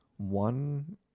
One